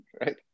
Right